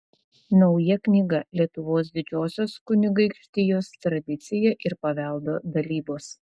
nauja knyga lietuvos didžiosios kunigaikštijos tradicija ir paveldo dalybos